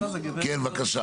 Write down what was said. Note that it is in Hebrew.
כן בבקשה.